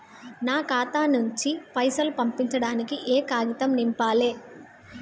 నా ఖాతా నుంచి పైసలు పంపించడానికి ఏ కాగితం నింపాలే?